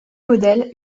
modèles